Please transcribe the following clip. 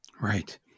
Right